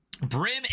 Brim